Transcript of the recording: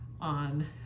on